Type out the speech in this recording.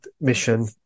mission